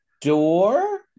door